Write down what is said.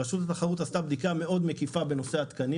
רשות התחרות עשתה בדיקה מאוד מקיפה בנושא התקנים